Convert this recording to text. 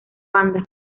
banda